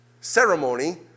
ceremony